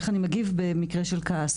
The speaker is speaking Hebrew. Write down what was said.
איך אני מגיב במקרה של כעס.